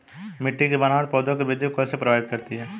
मिट्टी की बनावट पौधों की वृद्धि को कैसे प्रभावित करती है?